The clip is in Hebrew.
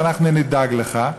כי אנחנו נדאג לך,